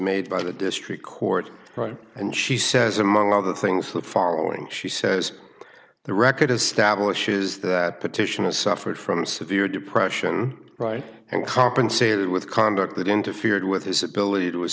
made by the district court right and she says among other things the following she says the record establishes that petition has suffered from severe depression right and compensated with conduct that interfered with his ability to